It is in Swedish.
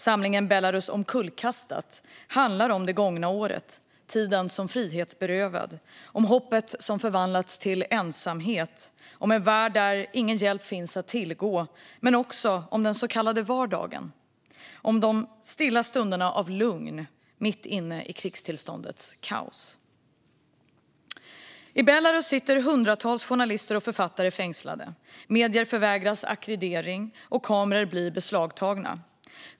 Samlingen Belarus omkullkastat handlar om det gångna året - om tiden som frihetsberövad, om hoppet som förvandlats till ensamhet och om en värld där ingen hjälp finns att tillgå, men också om den så kallade vardagen, om de stilla stunderna av lugn mitt inne i krigstillståndets kaos. I Belarus sitter hundratals journalister och författare fängslade. Medier förvägras ackreditering, och kameror blir beslagtagna.